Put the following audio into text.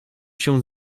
się